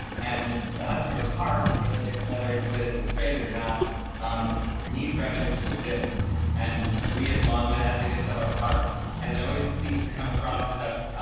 and the hudson river park it it whether it's the way that it was created or not um needs revenue to exist and we have long been advocates of our park and it always seems to come across as us,